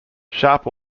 sharp